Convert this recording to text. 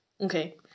Okay